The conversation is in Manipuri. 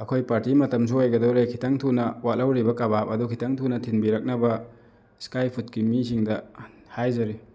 ꯑꯩꯈꯣꯏ ꯄꯥꯔꯇꯤ ꯃꯇꯝꯁꯨ ꯑꯣꯏꯒꯗꯧꯔꯦ ꯈꯤꯇꯪ ꯊꯨꯅ ꯋꯥꯠꯍꯧꯔꯤꯕ ꯀꯕꯥꯞ ꯑꯗꯨ ꯈꯤꯇꯪ ꯊꯨꯅ ꯊꯤꯟꯕꯤꯔꯛꯅꯕ ꯏꯁꯀꯥꯏ ꯐꯨꯗꯀꯤ ꯃꯤꯁꯤꯡꯗ ꯍꯥꯏꯖꯔꯤ